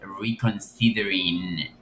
reconsidering